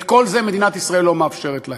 את כל זה מדינת ישראל לא מאפשרת להם.